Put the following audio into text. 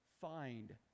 find